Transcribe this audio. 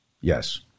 Yes